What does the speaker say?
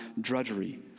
drudgery